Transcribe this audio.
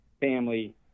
family